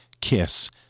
Kiss